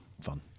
fun